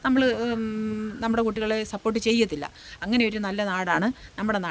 നമ്മൾ നമ്മുടെ കുട്ടികളെ സപ്പോട്ട് ചെയ്യത്തില്ല അങ്ങനെ ഒരു നല്ല നാടാണ് നമ്മുടെ നാട്